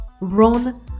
Run